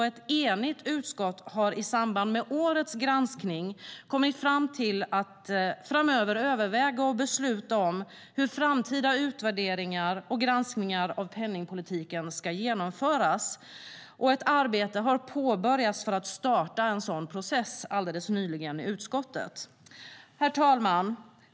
Ett enigt utskott har i samband med årets granskning kommit fram till att framöver överväga och besluta om hur framtida utvärderingar och granskningar av penningpolitiken ska genomföras. Ett arbete har påbörjats alldeles nyligen i utskottet för att starta en sådan process. Herr talman!